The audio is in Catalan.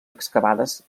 excavades